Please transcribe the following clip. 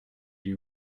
lui